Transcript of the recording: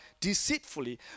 deceitfully